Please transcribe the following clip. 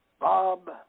Bob